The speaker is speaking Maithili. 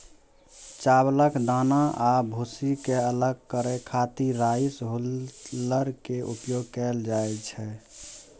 चावलक दाना आ भूसी कें अलग करै खातिर राइस हुल्लर के उपयोग कैल जाइ छै